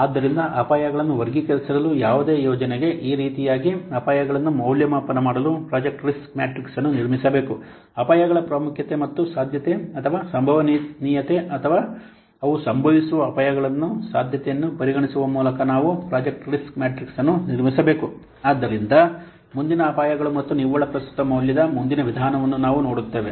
ಆದ್ದರಿಂದ ಅಪಾಯಗಳನ್ನು ವರ್ಗೀಕರಿಸಲು ಯಾವುದೇ ಯೋಜನೆಗೆ ಈ ರೀತಿಯಾಗಿ ಅಪಾಯಗಳನ್ನು ಮೌಲ್ಯಮಾಪನ ಮಾಡಲು ಪ್ರಾಜೆಕ್ಟ್ ರಿಸ್ಕ್ ಮ್ಯಾಟ್ರಿಕ್ಸ್ ಅನ್ನು ನಿರ್ಮಿಸಬೇಕು ಅಪಾಯಗಳ ಪ್ರಾಮುಖ್ಯತೆ ಮತ್ತು ಸಾಧ್ಯತೆ ಅಥವಾ ಸಂಭವನೀಯತೆ ಅಥವಾ ಅವು ಸಂಭವಿಸುವ ಅಪಾಯಗಳ ಸಾಧ್ಯತೆಯನ್ನು ಪರಿಗಣಿಸುವ ಮೂಲಕ ನಾವು ಪ್ರಾಜೆಕ್ಟ್ ರಿಸ್ಕ್ ಮ್ಯಾಟ್ರಿಕ್ಸ್ ಅನ್ನು ನಿರ್ಮಿಸಬೇಕು ಆದ್ದರಿಂದ ಮುಂದಿನ ಅಪಾಯಗಳು ಮತ್ತು ನಿವ್ವಳ ಪ್ರಸ್ತುತ ಮೌಲ್ಯದ ಮುಂದಿನ ವಿಧಾನವನ್ನು ನಾವು ನೋಡುತ್ತೇವೆ